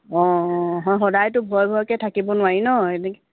অঁ হয় সদায়তো ভয় ভয়কৈ থাকিব নোৱাৰি নহ্ এনেকৈ